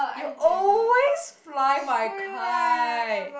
you always fly my kite